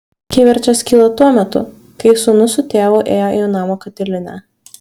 kivirčas kilo tuo metu kai sūnus su tėvu ėjo į namo katilinę